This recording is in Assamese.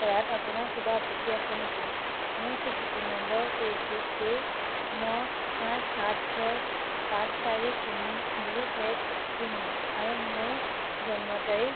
কৰাত আপোনাৰ কিবা আপত্তি আছে নেকি মোৰ স্বীকৃতি নম্বৰ এ চি কে ন আঠ সাত ছয় পাঁচ চাৰি তিনি দুই এক শূন্য আৰু মোৰ জন্ম তাৰিখ